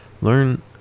learn